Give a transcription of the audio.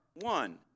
one